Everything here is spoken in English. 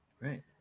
Right